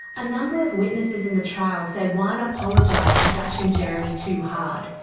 a number of witnesses in the trial say wan apologised for bashing jeremy too hard,